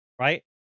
right